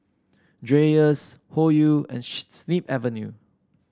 Dreyers Hoyu and Snip Avenue